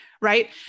right